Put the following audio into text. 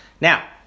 Now